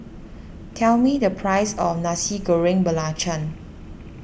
tell me the price of Nasi Goreng Belacan